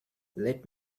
let